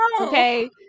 okay